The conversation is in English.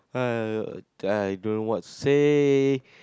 uh I don't know what say